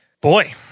Boy